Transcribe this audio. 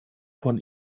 von